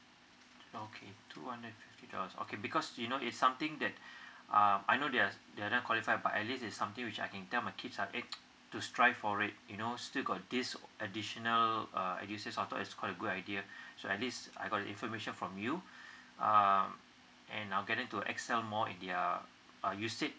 okay two hundred and fifty thousand okay because you know it's something that um I know they they are not qualified but at least there is something which I can tell my kids eh to strive for it you know still got this additional uh edusave i thought it's quite good idea so at least I got the information from you uh and i get them to excel more in their you said